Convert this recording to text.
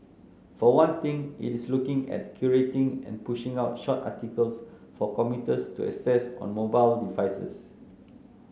for one thing it is looking at curating and pushing out short articles for commuters to access on mobile devices